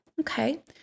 okay